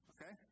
Okay